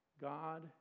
God